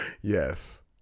yes